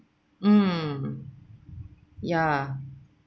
mm ya